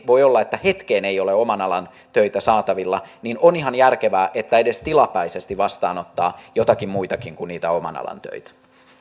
ja voi olla että hetkeen ei ole oman alan töitä saatavilla niin on ihan järkevää että edes tilapäisesti vastaanottaa joitakin muitakin kuin niitä oman alan töitä